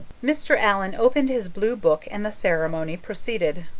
mr. allan opened his blue book and the ceremony proceeded.